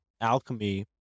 alchemy